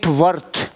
worth